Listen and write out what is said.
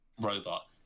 robot